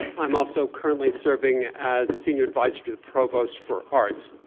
i'm also currently serving as senior advisor to the provost for arts,